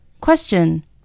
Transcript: Question